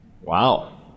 Wow